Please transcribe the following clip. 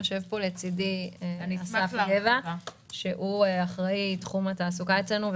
יושב לצדי אסף גבע, שאחראי על תחום התעסוקה אצלנו.